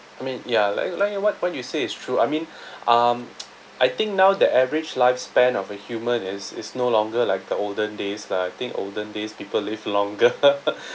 I mean ya like like what what you say is true I mean um I think now the average lifespan of a human is is no longer like the olden days lah I think olden days people live longer